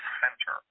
center